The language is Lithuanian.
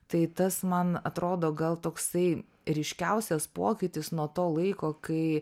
tai tas man atrodo gal toksai ryškiausias pokytis nuo to laiko kai